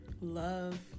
love